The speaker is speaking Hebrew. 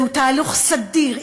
זהו תהליך סדור,